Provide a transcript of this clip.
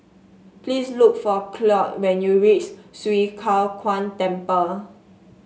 please look for Claud when you reach Swee Kow Kuan Temple